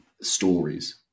stories